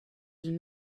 une